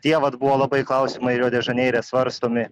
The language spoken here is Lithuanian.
tie vat buvo labai klausimai rio de žaneire svarstomi